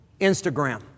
Instagram